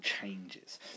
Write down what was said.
changes